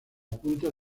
punta